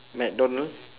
mcdonald